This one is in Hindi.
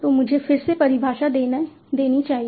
तो मुझे फिर से परिभाषा देने दीजिए